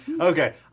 Okay